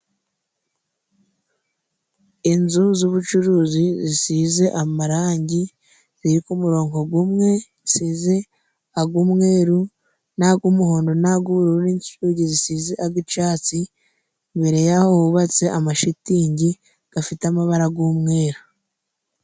Inzu z'ubucuruzi zisize amarangi ,ziri ku murongo g'umwe, zisize ag' umweru ,nag'umuhondo na g'ubururu n'icyugi gisize ag'icyatsi, imbere yaho hubatse amashitingi gafite amabara g'umweru.